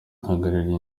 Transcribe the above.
abahagarariye